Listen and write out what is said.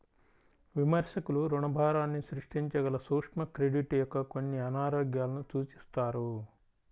విమర్శకులు రుణభారాన్ని సృష్టించగల సూక్ష్మ క్రెడిట్ యొక్క కొన్ని అనారోగ్యాలను సూచిస్తారు